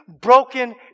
broken